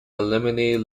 eliminated